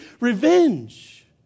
revenge